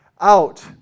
out